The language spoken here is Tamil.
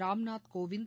ராம்நாத் கோவிந்த்